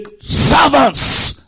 servants